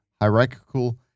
hierarchical